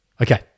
Okay